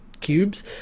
cubes